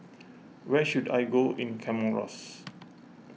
where should I go in Comoros